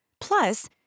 Plus